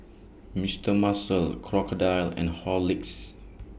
Mister Muscle Crocodile and Horlicks